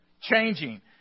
changing